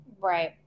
Right